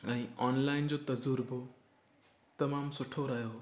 ऐं ऑनलाइन जो तज़ुर्बो तमामु सुठो रहियो